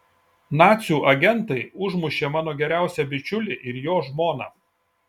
nacių agentai užmušė mano geriausią bičiulį ir jo žmoną